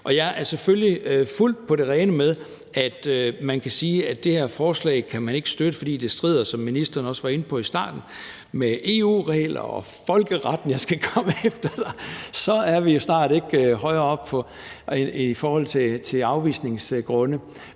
Jeg er selvfølgelig fuldt på det rene med, at man kan sige, at det her forslag kan man ikke støtte, fordi det strider, som ministeren også var inde på i starten, mod EU-regler og folkeretten, og jeg skal komme efter dig, og så er vi snart ikke højere oppe i forhold til afvisningsgrunde.